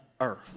earth